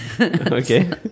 Okay